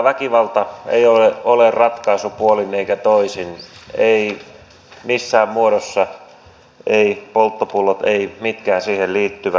väkivalta ei ole ratkaisu puolin eikä toisin ei missään muodossa eivät polttopullot eivät mitkään siihen liittyvät